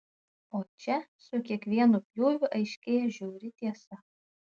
o čia su kiekvienu pjūviu aiškėja žiauri tiesa